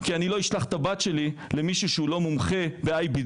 כי אני לא אשלח את הבת שלי למישהו שהוא לא מומחה ב-IBD,